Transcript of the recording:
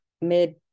mid